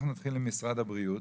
נתחיל עם משרד הבריאות,